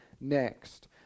next